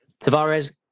Tavares